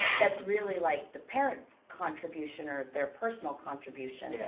that's really like the parents' contribution or their personal contribution. yeah